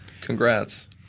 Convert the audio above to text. Congrats